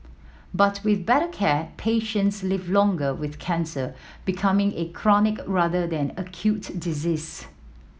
but with better care patients live longer with cancer becoming a chronic rather than acute disease